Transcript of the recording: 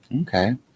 Okay